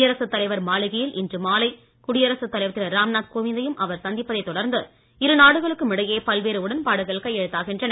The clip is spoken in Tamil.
குடியரசு தலைவர் மாளிகையில் இன்று மாலை குடியரசு தலைவர் திரு ராம்நாத் கோவிந்தையும் அவர் சந்திப்பதைத் தொடர்ந்து இருநாடுகளுக்கும் இடையே பல்வேறு உடன்பாடுகள் கையெழுத்தாகின்றன